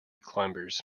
climbers